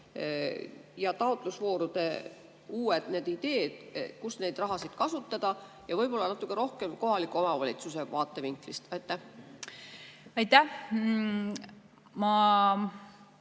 ja taotlusvoorude uued ideed, kuidas neid rahasid kasutada. Ja võib-olla [lähenete] natuke rohkem kohaliku omavalitsuse vaatevinklist. Aitäh,